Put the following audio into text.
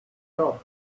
job